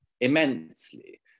immensely